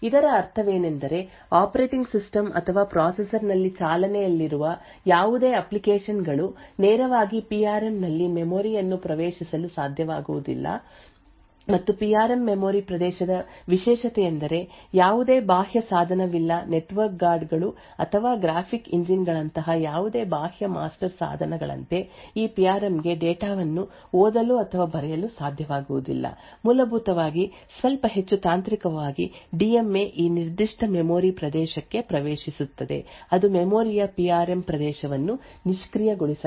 ಇದರ ಅರ್ಥವೇನೆಂದರೆ operating system ಅಥವಾ ಪ್ರೊಸೆಸರ್ನಲ್ಲಿ ಚಾಲನೆಯಲ್ಲಿರುವ ಯಾವುದೇ ಅಪ್ಲಿಕೇಶನ್ಗಳು ನೇರವಾಗಿ ಪಿ ಆರ್ ಎಂ ನಲ್ಲಿ ಮೆಮೊರಿಯನ್ನು ಪ್ರವೇಶಿಸಲು ಸಾಧ್ಯವಾಗುವುದಿಲ್ಲ ಮತ್ತು ಈ ಪಿ ಆರ್ ಎಂ ಮೆಮೊರಿ ಪ್ರದೇಶದ ವಿಶೇಷತೆಯೆಂದರೆ ಯಾವುದೇ ಬಾಹ್ಯ ಸಾಧನವಿಲ್ಲ ನೆಟ್ವರ್ಕ್ ಗಾರ್ಡ್ಗಳು ಅಥವಾ ಗ್ರಾಫಿಕ್ ಇಂಜಿನ್ಗಳಂತಹ ಯಾವುದೇ ಬಾಹ್ಯ ಮಾಸ್ಟರ್ ಸಾಧನಗಳಂತೆ ಈ ಪಿ ಆರ್ ಎಂ ಗೆ ಡೇಟಾವನ್ನು ಓದಲು ಅಥವಾ ಬರೆಯಲು ಸಾಧ್ಯವಾಗುವುದಿಲ್ಲ ಮೂಲಭೂತವಾಗಿ ಸ್ವಲ್ಪ ಹೆಚ್ಚು ತಾಂತ್ರಿಕವಾಗಿ ಡಿಎಂಎ ಈ ನಿರ್ದಿಷ್ಟ ಮೆಮೊರಿ ಪ್ರದೇಶಕ್ಕೆ ಪ್ರವೇಶಿಸುತ್ತದೆ ಅದು ಮೆಮೊರಿಯ ಪಿ ಆರ್ ಎಂ ಪ್ರದೇಶವನ್ನು ನಿಷ್ಕ್ರಿಯಗೊಳಿಸಲಾಗಿದೆ